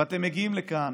ואתם מגיעים לכאן